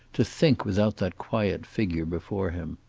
to think without that quiet figure before him.